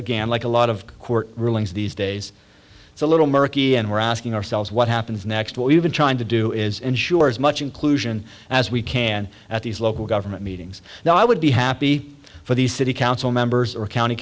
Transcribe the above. again like a lot of court rulings these days it's a little murky and we're asking ourselves what happens next what we've been trying to do is ensure as much inclusion as we can at these local government meetings now i would be happy for the city council members or county